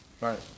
Right